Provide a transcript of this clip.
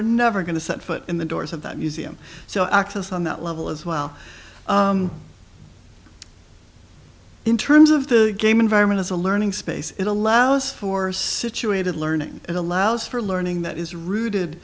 are never going to set foot in the doors of that museum so access on that level as well in terms of the game environment as a learning space it allows for situated learning it allows for learning that is rooted